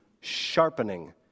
sharpening